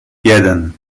jeden